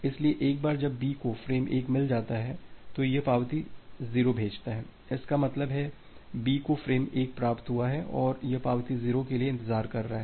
इसलिए एक बार जब B को फ्रेम 1 मिल जाता है तो यह पावती 0 भेजता है इसका मतलब है B को फ्रेम 1 प्राप्त हुआ है और यह पावती 0 के लिए इंतजार कर रहा है